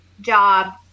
job